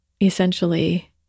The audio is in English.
essentially